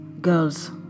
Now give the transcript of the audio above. Girls